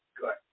Good